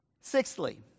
Sixthly